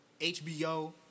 HBO